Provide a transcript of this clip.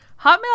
hotmail